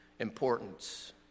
Importance